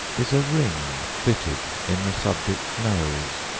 is a ring fitted in the subject's nose,